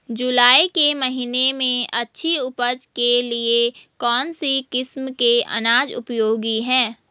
जुलाई के महीने में अच्छी उपज के लिए कौन सी किस्म के अनाज उपयोगी हैं?